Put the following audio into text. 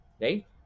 right